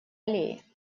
аллее